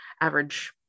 average